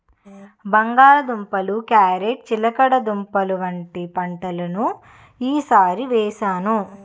బంగాళ దుంపలు, క్యారేట్ చిలకడదుంపలు వంటి పంటలను ఈ సారి వేసాను